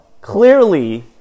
clearly